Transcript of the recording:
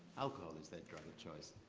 alcohol is their drug of choice.